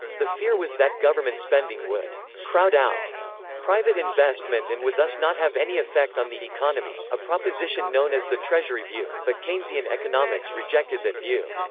the fear was that government spending would crowd out private investment and would thus not have any effect on the economy, a proposition known as the treasury view, but keynesian economics rejected that view.